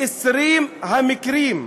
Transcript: מ-20 המקרים,